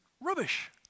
rubbish